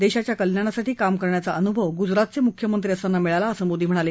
देशाच्या कल्याणासाठी काम करण्याचा अनुभव गुजरातचे मुख्यमंत्री असताना मिळाला असं मोदी म्हणाले